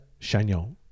Chagnon